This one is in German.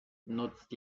nutzt